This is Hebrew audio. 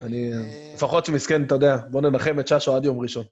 אני לפחות שמסכן, אתה יודע, בוא נלחם את ששו עד יום ראשון.